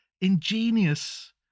ingenious